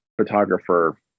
photographer